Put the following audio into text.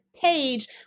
page